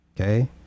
okay